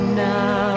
now